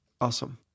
Awesome